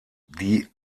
die